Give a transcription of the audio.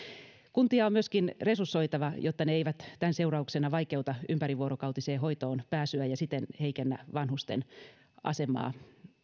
kuntia on myöskin resursoitava jotta ne eivät tämän seurauksena vaikeuta ympärivuorokautiseen hoitoon pääsyä ja siten heikennä vanhusten asemaa